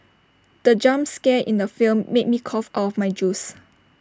the jump scare in the film made me cough of my juice